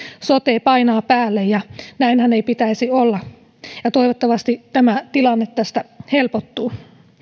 sote painavat päälle ja näinhän ei pitäisi olla toivottavasti tämä tilanne tästä helpottuu